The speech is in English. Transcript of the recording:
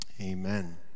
Amen